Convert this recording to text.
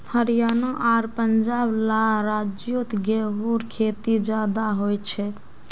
हरयाणा आर पंजाब ला राज्योत गेहूँर खेती ज्यादा होछे